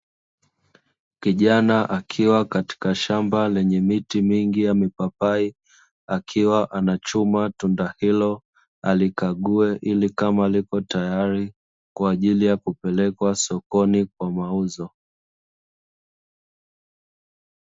Kijana akiwa katika shamba lenye miti mingi ya mipapai akiwa anachuma tunda hilo alikague, ili kama lipo tayari kwa ajili ya kupelekwa sokoni kwa mauzo.